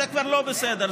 זה כבר לא בסדר,